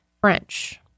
French